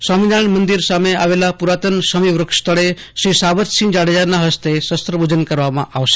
સ્વામીનારાયણ મંદિર સામે આવેલા પુરાતન શમી વૃક્ષ તળે શ્રી સાવજસિંહ જાડેજાના હસ્તે શસ્ત્રપૂજન કરવામાં આવશે